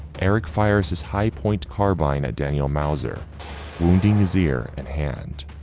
eric fires his high point carbine at daniel mauser wounding his ear and hand.